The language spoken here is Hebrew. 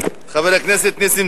חבר הכנסת נסים